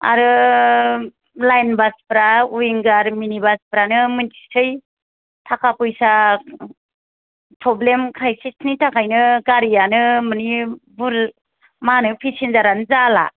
आरो लाइन बासफ्रा उइंगार मिनि बासफ्रानो मिथिसै थाखा फैसा प्रब्लेम क्राइसिसनि थाखायनो गारियानो माने मा होनो फेसेनजारानो जाला